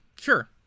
Sure